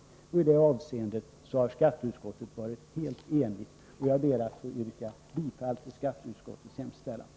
I detta avseende har skatteutskottet varit helt enigt. Herr talman! Jag ber att få yrka bifall till skatteutskottets hemställan.